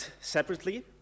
separately